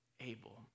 able